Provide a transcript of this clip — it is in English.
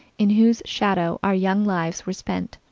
in whose shadow our young lives were spent.